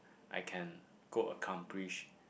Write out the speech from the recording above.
I can go accomplish